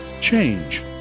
Change